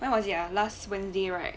how was your last wednesday right